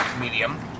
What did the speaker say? medium